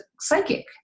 psychic